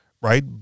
right